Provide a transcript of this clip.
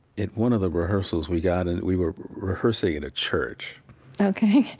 at one of the rehearsals, we got and we were rehearsing in a church ok